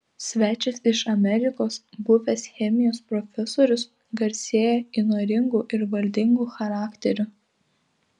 svečias iš amerikos buvęs chemijos profesorius garsėja įnoringu ir valdingu charakteriu